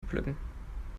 pflücken